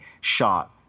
shot